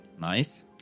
Nice